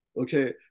Okay